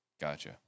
Gotcha